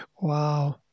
Wow